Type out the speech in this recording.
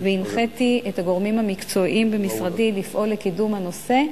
והנחיתי את הגורמים המקצועיים במשרדי לפעול לקידום הנושא.